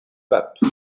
pape